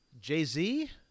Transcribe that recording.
Jay-Z